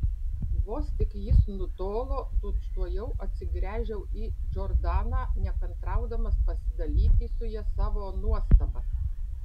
vos tik jis nutolo tučtuojau atsigręžiau į džordaną nekantraudamas pasidalyti su ja savo nuostaba